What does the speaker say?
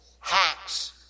hacks